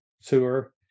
sewer